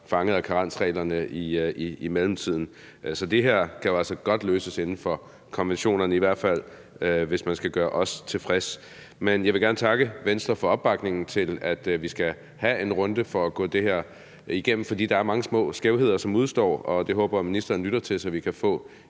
fanget af karensreglerne i mellemtiden. Så det her kan jo altså godt løses inden for konventionerne, i hvert fald hvis man skal gøre os tilfreds. Men jeg gerne takke Venstre for opbakningen til, at vi skal have en runde for at gå det her igennem, for der er mange små skævheder, som udestår, og det håber jeg at ministeren lytter til, så vi kan få